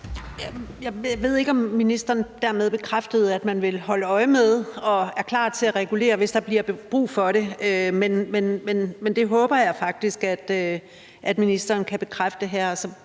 Jeg ved ikke, om ministeren dermed bekræftede, at man vil holde øje med det og er klar til at regulere det, hvis der bliver brug for det. Men det håber jeg at ministeren kan bekræfte her.